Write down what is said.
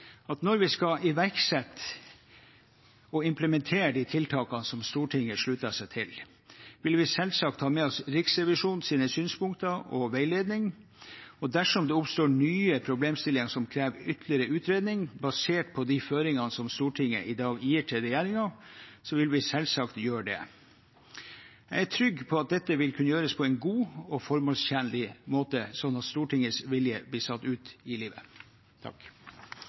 at når vi skal iverksette og implementere de tiltakene som Stortinget slutter seg til, vil vi selvsagt ha med oss Riksrevisjonens synspunkter og veiledning. Dersom det oppstår nye problemstillinger som krever ytterligere utredning, basert på de føringene som Stortinget i dag gir til regjeringen, vil vi selvsagt gjøre det. Jeg er trygg på at dette vil kunne gjøres på en god og formålstjenlig måte, sånn at Stortingets vilje blir satt ut i livet.